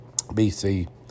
BC